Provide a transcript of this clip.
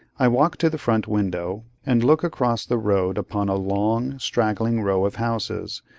i walk to the front window, and look across the road upon a long, straggling row of houses,